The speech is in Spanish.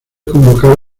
convocar